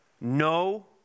No